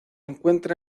encuentra